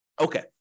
Okay